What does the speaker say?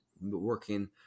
working